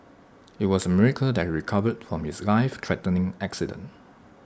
IT was A miracle that recovered from his lifethreatening accident